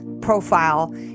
profile